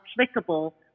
applicable